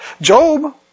Job